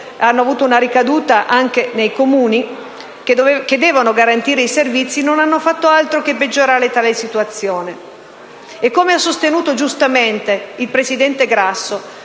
ha poi avuto una ricaduta anche nei Comuni che devono garantire i servizi, non ha fatto altro che peggiorare tale situazione. Come sostenuto giustamente dal presidente Grasso,